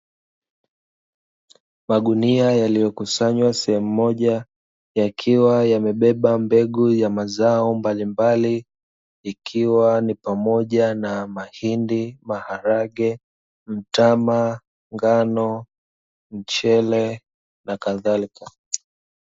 Magunia yaliyokusanywa sehemu moja yakiwa yamebeba mbegu za mazao mbalimbali ikiwa ni pamoja na; mahindi, maharagwe, mtama, ngano, mchele na kadhalika.